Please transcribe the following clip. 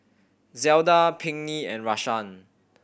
Zelda Pinkney and Rashaan